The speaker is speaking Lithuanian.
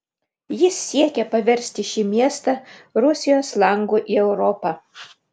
jis siekė paversti šį miestą rusijos langu į europą